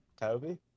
Toby